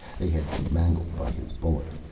they had been mangled by his bullet.